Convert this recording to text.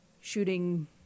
shooting